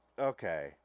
okay